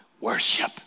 worship